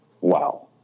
Wow